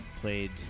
played